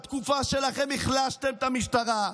בתקופה שלכם החלשתם את המשטרה,